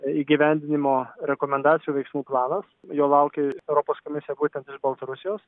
įgyvendinimo rekomendacijų veiksmų planas jo laukia europos komisija būtent iš baltarusijos